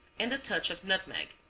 and a touch of nutmeg.